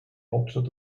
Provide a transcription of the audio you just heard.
hauptstadt